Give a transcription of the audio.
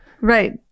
Right